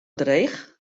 dreech